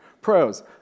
Pros